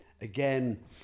again